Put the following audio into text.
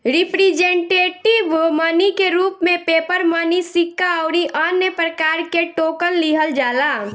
representative money के रूप में पेपर मनी सिक्का अउरी अन्य प्रकार के टोकन लिहल जाला